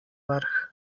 vrh